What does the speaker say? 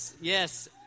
Yes